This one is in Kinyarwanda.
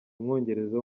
umwongereza